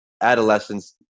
adolescents